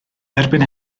erbyn